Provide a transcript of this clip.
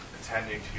attending